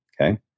okay